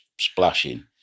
splashing